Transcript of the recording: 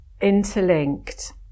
interlinked